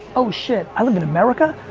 oh shit. i live in america.